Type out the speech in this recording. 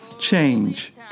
change